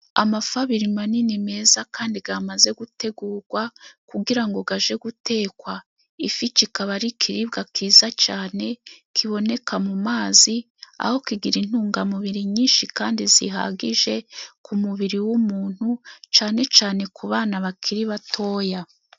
Amafi abiri manini meza kandi gamaze gutegugwa kugira ngo gaje gutekwa. Ifi kikaba ari ikiribwa cyiza cane kiboneka mu mazi, aho kigira intungamubiri nyishi kandi zihagije ku mubiri w'umuntu, cane cane ku bana bakiri batoya.